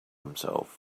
himself